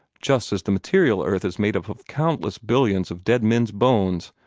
just as the material earth is made up of countless billions of dead men's bones,